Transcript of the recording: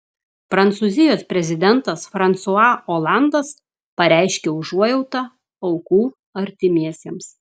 prancūzijos prezidentas fransua olandas pareiškė užuojautą aukų artimiesiems